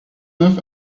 neuf